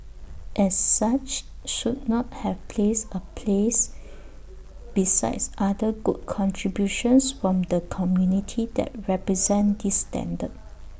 as such should not have place A place besides other good contributions from the community that represent this standard